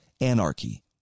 anarchy